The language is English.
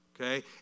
okay